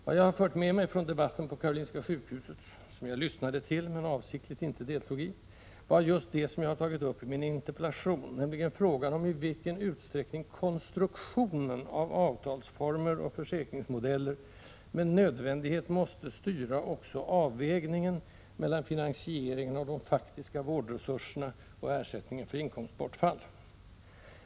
Vad jag har fört med mig från debatten på Karolinska sjukhuset, som jag lyssnade till men avsiktligt inte deltog i, var just det som jag tagit upp i min interpellation, nämligen frågan om i vilken utsträckning konstruktionen av avtalsformer och försäkringsmodeller med nödvändighet måste styra också avvägningen mellan finansieringen av de faktiska vårdresurserna och ersättningen för inkomstbortfall.